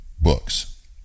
books